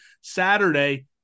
Saturday